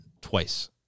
twice